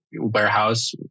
warehouse